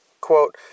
Quote